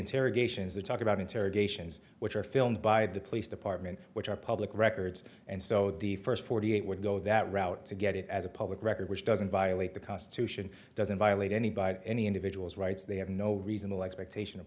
interrogations they talk about interrogations which were filmed by the police department which are public records and so the first forty eight would go that route to get it as a public record which doesn't violate the constitution doesn't violate anybody any individual's rights they have no reasonable expectation of